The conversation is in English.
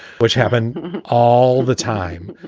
which happened all the time,